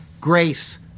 grace